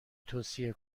توصیه